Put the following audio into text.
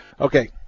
Okay